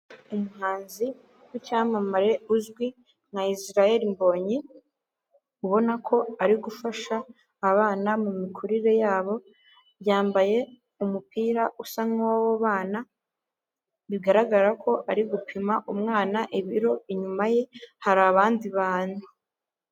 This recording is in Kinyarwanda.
Umuhanzi w'icyamamare uzwi nka Israel Mbonyi ubona ko ari gufasha abana mu mikurire yabo, yambaye umupira usa nk'uw'abo bana bigaragara ko ari gupima umwana ibiro, inyuma ye hari abandi bantu.